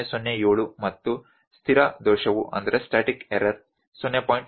007 ಮತ್ತು ಸ್ಥಿರ ದೋಷವು 0